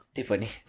Tiffany